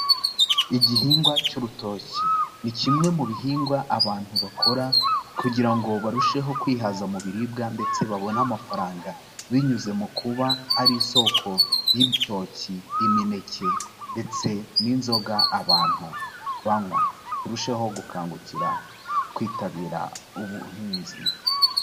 Igihingwa cy'urutoki, ni kimwe mu bihingwa abantu bakora kugira ngo barusheho kwihaza mu biribwa ndetse babona amafaranga binyuze mu kuba ari isoko y'ibitoki, imineke ndetse n'inzoga abantu banywa, turusheho gukangukira kwitabira ubuhinzi.